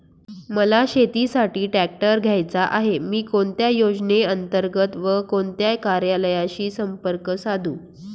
मला शेतीसाठी ट्रॅक्टर घ्यायचा आहे, मी कोणत्या योजने अंतर्गत व कोणत्या कार्यालयाशी संपर्क साधू?